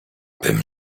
bym